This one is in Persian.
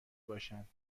باشند